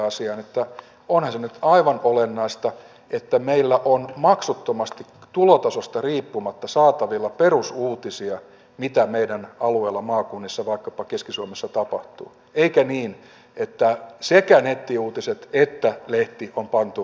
onhan se nyt aivan olennaista että meillä on maksuttomasti tulotasosta riippumatta saatavilla perusuutisia siitä mitä meidän alueilla maakunnissa vaikkapa keski suomessa tapahtuu eikä niin että sekä nettiuutiset että lehti on pantu maksumuurin taakse